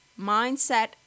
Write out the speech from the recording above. mindset